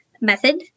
method